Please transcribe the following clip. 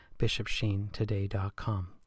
bishopsheentoday.com